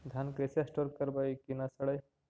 धान कैसे स्टोर करवई कि न सड़ै?